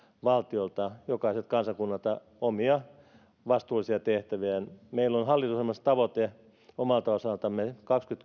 valtiolta jokaiselta kansakunnalta omia vastuullisia tehtäviä meillä on hallitusohjelmassa tavoite omalta osaltamme